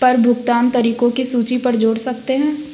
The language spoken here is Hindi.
पर भुगतान तरीकों की सूची पर जोड़ सकते हैं